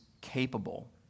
capable